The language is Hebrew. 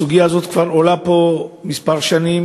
הסוגיה הזאת כבר עולה פה כמה שנים,